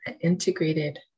integrated